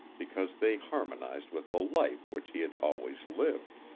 because they harmonized with the life which he had always lived.